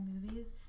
movies